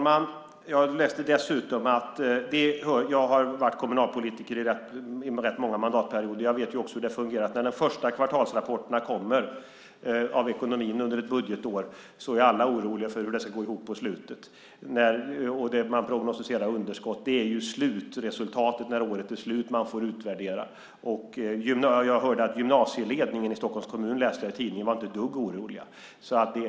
Fru talman! Jag har varit kommunalpolitiker i rätt många mandatperioder. Jag vet hur det fungerar när de första kvartalsrapporterna över ekonomin kommer under ett budgetår. Då är alla oroliga för hur det ska gå ihop i slutet. Man prognostiserar underskott. Det är ju slutresultatet, när året är slut, som man får utvärdera. Jag läste i tidningen att gymnasieledningen i Stockholms kommun inte var ett dugg orolig.